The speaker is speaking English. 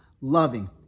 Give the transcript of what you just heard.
loving